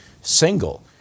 single